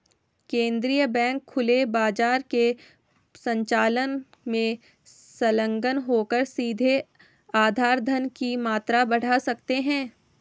केंद्रीय बैंक खुले बाजार के संचालन में संलग्न होकर सीधे आधार धन की मात्रा बढ़ा सकते हैं